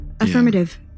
Affirmative